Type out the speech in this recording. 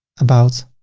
about,